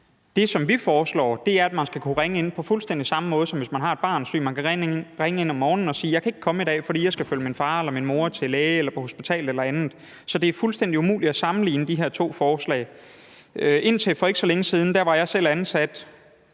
som vi foreslår, er, at man skal kunne ringe ind på fuldstændig samme måde, som hvis man har et barn syg, altså at man kan ringe ind om morgenen og sige: Jeg kan ikke komme i dag, fordi jeg skal følge min far eller min mor til læge eller på hospitalet eller andet. Så det er fuldstændig umuligt at sammenligne de her to forslag. Indtil for ikke så længe siden var jeg selv ansat